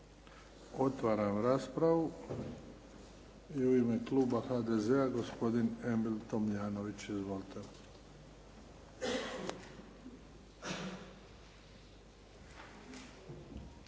Otvaram raspravu. U ime kluba HDZ-a, gospodin Emil Tomljanović. Izvolite.